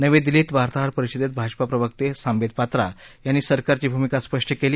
नवी दिल्लीत वार्ताहर परिषदेत भाजपा प्रवक्ते सांबीत पात्रा यांनी सरकारची भूमिका स्पष्ट केली